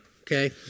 Okay